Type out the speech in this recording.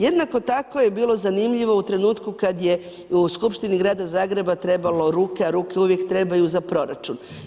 Jednako tako je bilo zanimljivo u trenutku kada je u Skupštini grada Zagreba trebalo ruke a ruke uvijek trebaju za proračun.